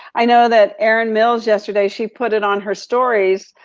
i know that erin mills yesterday, she put it on her stories.